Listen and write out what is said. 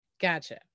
gotcha